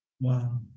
Wow